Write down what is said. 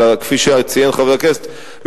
אבל כפי שציין חבר הכנסת,